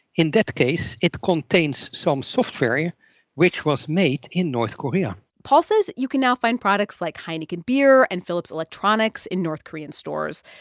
in that case, it contains some software which was made in north korea paul says you can now find products like heineken beer and philips electronics in north korean stores.